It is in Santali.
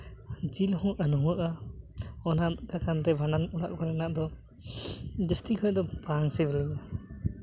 ᱡᱤᱞ ᱦᱚᱸ ᱟᱱᱩᱣᱟᱹᱜᱼᱟ ᱚᱱᱟ ᱟᱠᱟᱱᱛᱮ ᱵᱷᱟᱸᱰᱟᱱ ᱚᱲᱟᱜ ᱠᱚᱨᱮᱱᱟᱜ ᱫᱚ ᱡᱟᱹᱥᱛᱤ ᱠᱷᱚᱡ ᱫᱚ ᱵᱟᱝ ᱥᱤᱵᱤᱞᱤᱧᱟᱹ